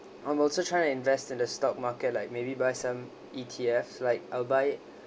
I'm also trying to invest in the stock market like maybe buy some E_T_F like I'll buy